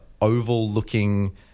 oval-looking